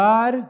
God